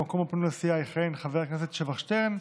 במקום הפנוי לסיעה יכהן חבר הכנסת שבח שטרן.